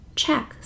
check